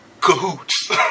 cahoots